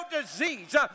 disease